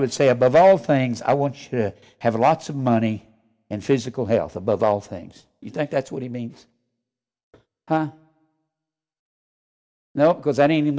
would say above all things i want you to have lots of money and physical health above all things you think that's what he means now because